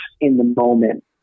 in-the-moment